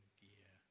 gear